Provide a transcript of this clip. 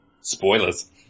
Spoilers